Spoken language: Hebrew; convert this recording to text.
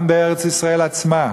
גם בארץ-ישראל עצמה,